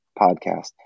podcast